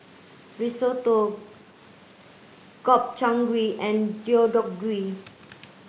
Risotto Gobchang Gui and Deodeok Gui